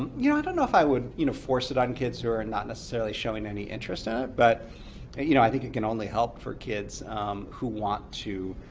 um you know i don't know if i would you know force it on kids who are not necessarily showing any interest in it, but you know i think it can only help for kids who want to